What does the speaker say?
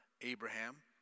Abraham